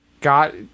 got